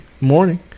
morning